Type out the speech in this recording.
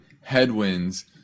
headwinds